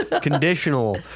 Conditional